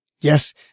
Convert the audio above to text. Yes